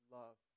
love